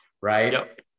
right